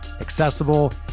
accessible